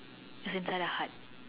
is inside a hut